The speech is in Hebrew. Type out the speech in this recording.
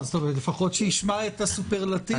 לפחות שישמע את הסופרלטיבים.